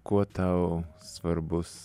kuo tau svarbus